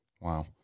Wow